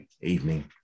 evening